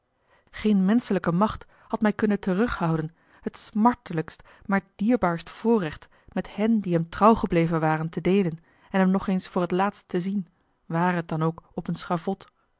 geene menschelijke macht had mij kunnen terughouden het smartelijkst maar dierbaarst voorrecht met hen die hem trouw gebleven waren te deelen en hem nog eens voor het laatst te zien ware het dan ook op een schavot